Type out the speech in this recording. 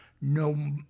no